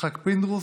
יצחק פינדרוס,